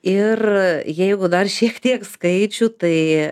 ir jeigu dar šiek tiek skaičių tai